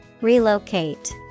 Relocate